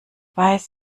weiß